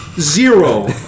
zero